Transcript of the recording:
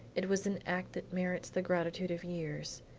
it was an act that merits the gratitude of years,